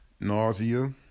Nausea